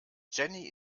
jenny